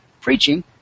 preaching